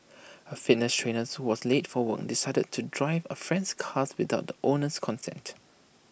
A fitness trainer was late for work decided to drive A friend's car without the owner's consent